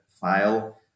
file